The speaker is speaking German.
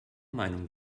meinung